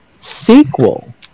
sequel